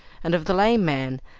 and of the lame man,